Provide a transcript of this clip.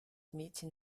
mädchen